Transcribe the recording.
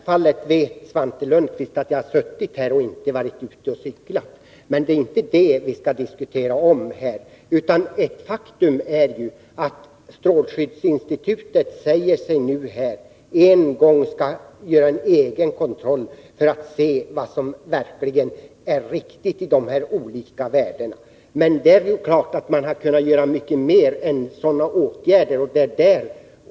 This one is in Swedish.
Miljökraven på svenska livsmedel är mycket hårda. Såväl i jordbruksproduktionen som inom trädgårdsnäringen ställs mycket strikta krav när det gäller att undvika kemikalier som ger höga halter av restsubstanser. Möjligheterna att kontrollera restsubstanser i importerade livsmedel på sådant sätt att konsumenten garanteras samma högvärdiga produkt som den svenska är emellertid begränsade.